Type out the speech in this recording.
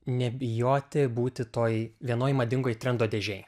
nebijoti būti toj vienoj madingoj trendo dėžėj